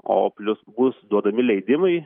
o plius bus duodami leidimai